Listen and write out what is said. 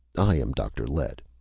i am dr. lett!